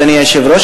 אדוני היושב-ראש,